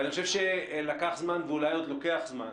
ואני חושב שלקח זמן ואולי עוד לוקח זמן